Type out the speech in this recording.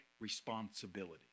responsibility